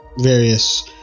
various